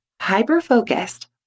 hyper-focused